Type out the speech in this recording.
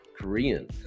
Korean